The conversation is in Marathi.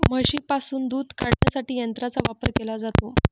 म्हशींपासून दूध काढण्यासाठी यंत्रांचा वापर केला जातो